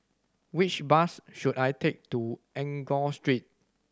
which bus should I take to Enggor Street